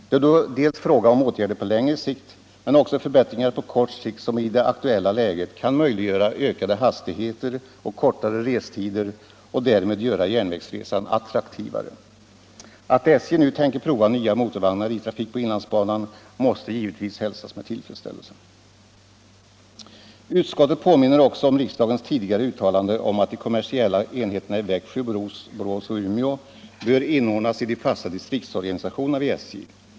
Det är fråga om dels åtgärder på längre sikt, dels förbättringar på kort sikt, som i det aktuella läget kan möjliggöra ökade hastigheter och kortare restid och därmed göra järnvägsresan attraktivare. Att SJ nu tänker prova nya motorvagnar i trafik på inlandsbanan måste givetvis hälsas med tillfredsställelse. Utskottet påminner också om riksdagens tidigare uttalande att de kommersiella enheterna i Växjö, Borås och Umeå bör inordnas i de fasta distriktsorganisationerna vid SJ.